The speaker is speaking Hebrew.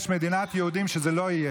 בשביל זה יש מדינת יהודים, שזה לא יהיה.